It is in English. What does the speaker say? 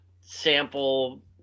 sample –